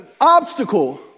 obstacle